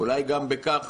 אולי גם בכך